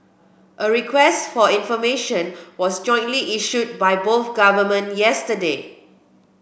a request for information was jointly issued by both government yesterday